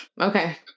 Okay